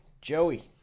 Joey